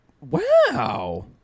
Wow